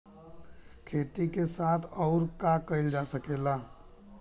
खेती के साथ अउर का कइल जा सकेला?